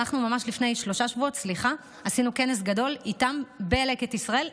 אנחנו ממש לפני שלושה שבועות עשינו כנס גדול איתם בלקט ישראל.